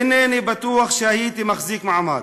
אינני בטוח שהייתי מחזיק מעמד.